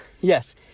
yes